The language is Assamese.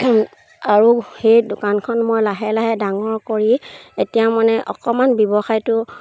আৰু সেই দোকানখন মই লাহে লাহে ডাঙৰ কৰি এতিয়া মানে অকণমান ব্যৱসায়টো